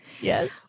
Yes